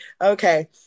Okay